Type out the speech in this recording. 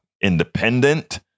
independent